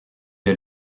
est